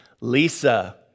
Lisa